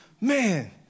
man